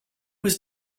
was